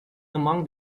among